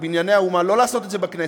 "בנייני האומה"; לא לעשות את זה בכנסת.